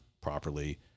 properly